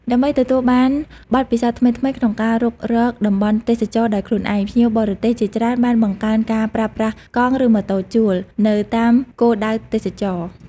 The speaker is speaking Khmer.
ដើម្បីទទួលបានបទពិសោធន៍ថ្មីៗក្នុងការរុករកតំបន់ទេសចរណ៍ដោយខ្លួនឯង ភ្ញៀវបរទេសជាច្រើនបាន បង្កើនការប្រើប្រាស់កង់ ឬម៉ូតូជួល នៅតាមគោលដៅទេសចរណ៍។